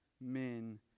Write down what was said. men